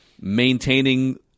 maintaining